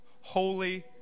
holy